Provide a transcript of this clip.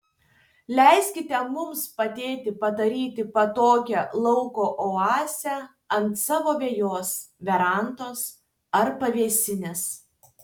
leiskite mums padėti padaryti patogią lauko oazę ant savo vejos verandos ar pavėsinės